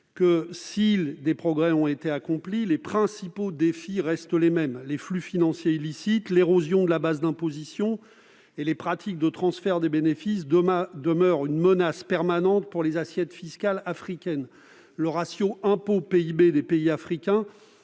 :« Si des progrès ont été accomplis, les principaux défis restent les mêmes : les flux financiers illicites, l'érosion de la base d'imposition et les pratiques de transfert des bénéfices demeurent une menace permanente pour les assiettes fiscales africaines. Le ratio impôts-PIB des pays africains